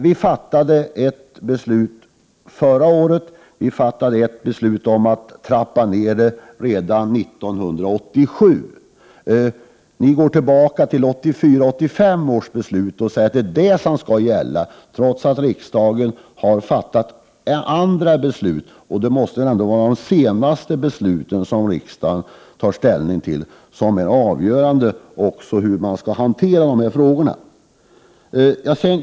Vi fattade ett beslut förra året, och vi fattade ett beslut om att trappa ner redan 1987. Ni går tillbaka till 1984/85 års beslut och säger att det är det som skall gälla, trots att riksdagen har fattat andra beslut. Det måste väl ändå vara de senaste riksdagsbesluten som är avgörande för hur man skall hantera de här frågorna.